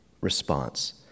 response